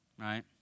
right